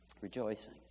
rejoicing